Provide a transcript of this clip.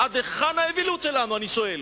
עד היכן האווילות שלנו, אני שואל.